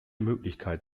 möglichkeit